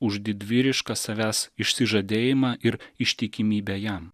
už didvyrišką savęs išsižadėjimą ir ištikimybę jam